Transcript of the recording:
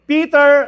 Peter